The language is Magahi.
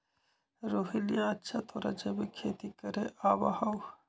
रोहिणीया, अच्छा तोरा जैविक खेती करे आवा हाउ?